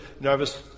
nervous